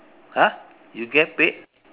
!huh! you get paid